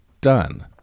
done